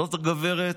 זו הגברת,